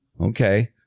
Okay